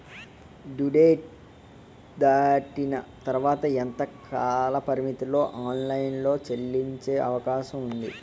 Due date దాటిన తర్వాత ఎంత కాలపరిమితిలో ఆన్ లైన్ లో చెల్లించే అవకాశం వుంది?